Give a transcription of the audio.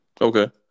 Okay